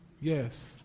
Yes